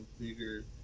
figure